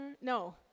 No